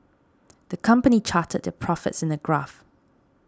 the company charted their profits in a graph